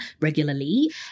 regularly